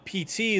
PT